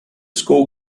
school